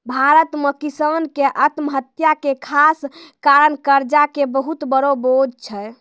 भारत मॅ किसान के आत्महत्या के खास कारण कर्जा के बहुत बड़ो बोझ छै